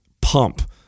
pump